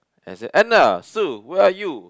and say Anna Sue where are you